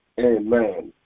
Amen